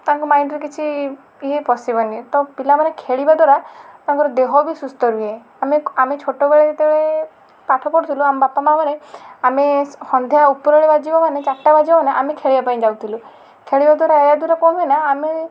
ତାଙ୍କ ମାଇଣ୍ଡ ରେ କିଛି ୟେ ପଶିବନି ତ ପିଲାମାନେ ଖେଳିବା ଦ୍ଵାରା ତାଙ୍କର ଦେହ ବି ସୁସ୍ଥ ରୁହେ ଆମେ ଆମେ ଛୋଟବେଳେ ଯେତେବେଳେ ପାଠ ପଢ଼ୁଥିଲୁ ଆମ ବାପା ମାଁ ମାନେ ଆମେ ସନ୍ଧ୍ୟା ଉପର ବେଳା ବାଜିବ ମାନେ ଚାରିଟା ବାଜିବ ମାନେ ଆମେ ଖେଳିବା ପାଇଁ ଯାଉଥିଲୁ ଖେଳିବା ଦ୍ଵାରା ୟା ଦ୍ଵାରା କ'ଣ ହୁଏ ନା ଆମେ